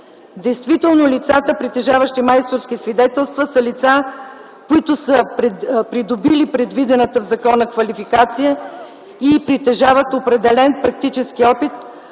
Действително лицата, притежаващи майсторско свидетелство, са лица, придобили предвидената в закона квалификация и притежават определен практически опит.